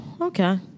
okay